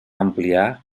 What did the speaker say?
ampliar